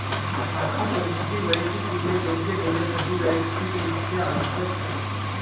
आर्थिक परिस्थिती वैयक्तिकरित्या योग्य ठेवण्यासाठी वैयक्तिक वित्त आवश्यक आहे